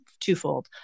twofold